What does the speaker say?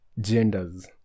genders